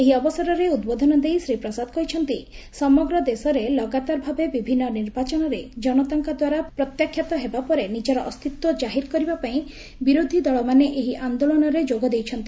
ଏହି ଅବସରରେ ଉଦ୍ବୋଧନ ଦେଇ ଶ୍ରୀ ପ୍ରସାଦ କହିଛନ୍ତି ସମଗ୍ର ଦେଶରେ ଲଗାତାର ଭାବେ ବିଭିନ୍ନ ନିର୍ବାଚନରେ ଜନତାଙ୍କ ଦ୍ୱାରା ପ୍ରତ୍ୟାଖ୍ୟାତ ହେବା ପରେ ନିଜର ଅସ୍ତିତ୍ୱ କାହିର କରିବା ପାଇଁ ବିରୋଧୀ ଦଳମାନେ ଏହି ଆନ୍ଦୋଳନରେ ଯୋଗ ଦେଇଛନ୍ତି